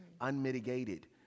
unmitigated